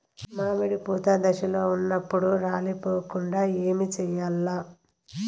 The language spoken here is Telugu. మామిడి పూత దశలో ఉన్నప్పుడు రాలిపోకుండ ఏమిచేయాల్ల?